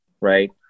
Right